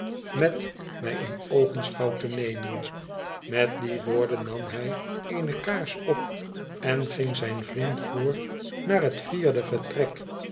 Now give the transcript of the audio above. roet mij in oogenschouw te nemen met die woorden nam hij eene kaars op en ging zijn vriend voor naar het vierde